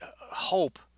hope